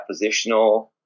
positional